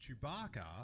Chewbacca